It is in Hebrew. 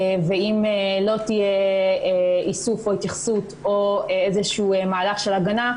ואם לא יהיה איסוף או התייחסות או איזה שהוא מהלך של הגנה,